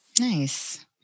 Nice